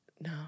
No